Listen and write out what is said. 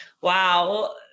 Wow